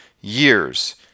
years